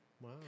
Wow